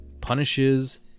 punishes